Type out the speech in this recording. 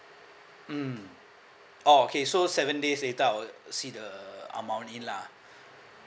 mm oh okay so seven days later I will see the amount in lah